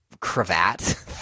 cravat